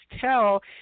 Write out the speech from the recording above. tell